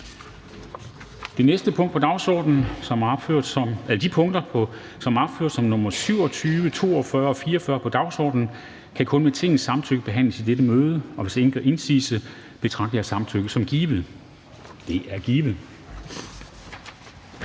De punkter, som er opført som nr. 27, 42 og 44 på dagsordenen, kan kun med Tingets samtykke behandles i dette møde. Hvis ingen gør indsigelse, betragter jeg samtykket som givet. Det er givet.